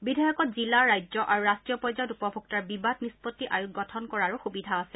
বিধেয়কত জিলা ৰাজ্য আৰু ৰাট্টীয় পৰ্যায়ত উপভোক্তাৰ বিবাদ নিম্পন্তি আয়োগ গঠন কৰাৰো সুবিধা আছে